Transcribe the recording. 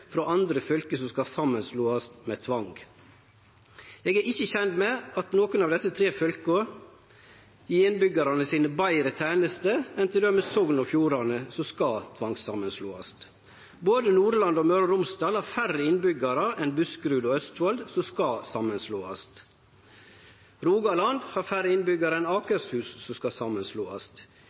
frå andre fylke som skal samanslåast med tvang. Eg er ikkje kjend med at nokon av desse tre fylka gjev innbyggjarane sine betre tenester enn t.d. Sogn og Fjordane, som skal tvangssamanslåast. Både Nordland og Møre og Romsdal har færre innbyggjarar enn Buskerud og Østfold, som skal samanslåast. Rogaland har færre innbyggjarar enn Akershus, som skal samanslåast.